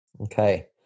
Okay